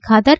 Khader